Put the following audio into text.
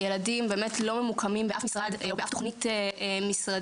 ילדים לא מוקמים באף משרד ובאף תוכנית משרדית.